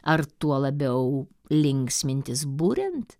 ar tuo labiau linksmintis buriant